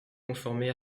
conformer